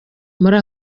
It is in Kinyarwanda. muri